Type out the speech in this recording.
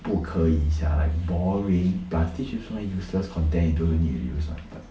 不可以 sia like boring plus teach you so many useless content you don't even need to use what but